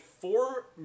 four